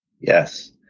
Yes